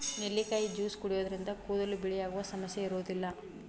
ನೆಲ್ಲಿಕಾಯಿ ಜ್ಯೂಸ್ ಕುಡಿಯೋದ್ರಿಂದ ಕೂದಲು ಬಿಳಿಯಾಗುವ ಸಮಸ್ಯೆ ಇರೋದಿಲ್ಲ